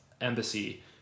embassy